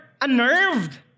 unnerved